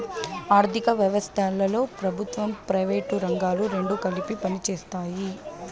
ఆర్ధిక వ్యవస్థలో ప్రభుత్వం ప్రైవేటు రంగాలు రెండు కలిపి పనిచేస్తాయి